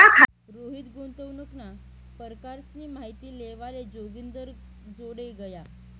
रोहित गुंतवणूकना परकारसनी माहिती लेवाले जोगिंदरजोडे गया